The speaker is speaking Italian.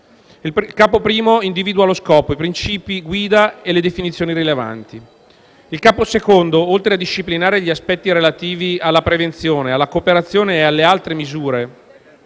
Il capo I individua lo scopo, i princìpi guida e le definizioni rilevanti. Il capo II, oltre a disciplinare gli aspetti relativi alla prevenzione, alla cooperazione e alle altre misure